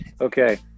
Okay